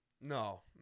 No